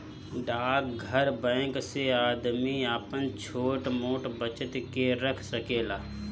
डाकघर बैंक से आदमी आपन छोट मोट बचत के रख सकेला